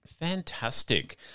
Fantastic